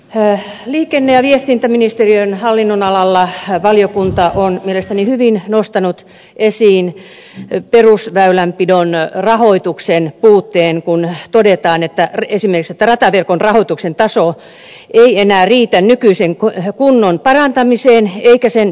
liikenne ja viestintäministeriön hallinnon alalla valiokunta on mielestäni hyvin nostanut esiin perusväylänpidon rahoituksen puutteen kun todetaan esimerkiksi että rataverkon rahoituksen taso ei enää riitä nykyisen kunnon parantamiseen eikä ylläpitoon